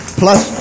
plus